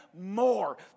more